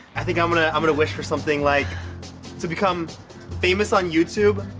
i think i'm gonna i'm gonna wish for something like to become famous on youtube,